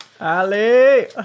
Ali